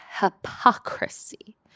hypocrisy